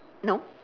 no